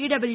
డబ్ల్యా